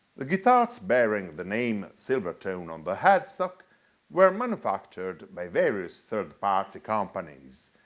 the guitars bearing the name silvertone on the headstock were manufactured by various third-party companies,